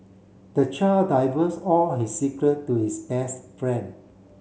the child diverse all his secret to his best friend